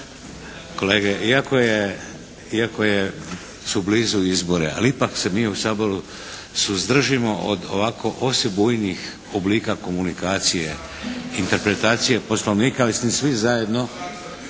je, iako je, su blizu izbori. Ali ipak se mi u Saboru suzdržimo od ovako osebujnih oblika komunikacije, interpretacije Poslovnika ...